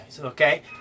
Okay